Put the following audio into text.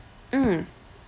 mm